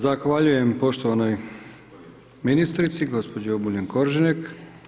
Zahvaljujem poštovanoj ministrici, gospođi Obuljen Koržinek.